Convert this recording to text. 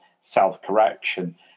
self-correction